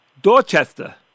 Dorchester